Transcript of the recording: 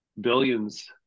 billions